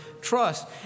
trust